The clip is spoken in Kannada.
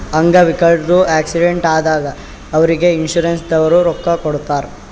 ಅಂಗ್ ವಿಕಲ್ರದು ಆಕ್ಸಿಡೆಂಟ್ ಆದಾಗ್ ಅವ್ರಿಗ್ ಇನ್ಸೂರೆನ್ಸದವ್ರೆ ರೊಕ್ಕಾ ಕೊಡ್ತಾರ್